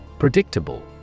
Predictable